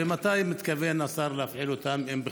ומתי מתכוון השר להפעיל אותן, אם בכלל?